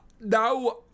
now